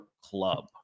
club